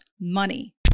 money